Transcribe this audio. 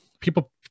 people